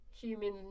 human